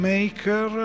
Maker